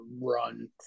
run